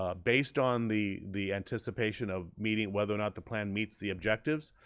ah based on the the anticipation of meeting, whether or not the plan meets the objectives,